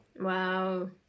Wow